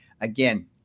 again